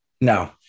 No